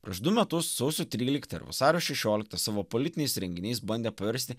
prieš du metus sausio tryliktąją ir vasario šešioliktą savo politiniais įrenginiais bandė paversti